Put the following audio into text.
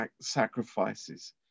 sacrifices